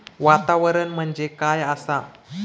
वातावरण म्हणजे काय आसा?